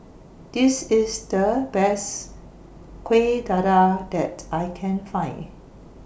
This IS The Best Kueh Dadar that I Can Find